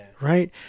Right